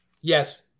Yes